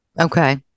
Okay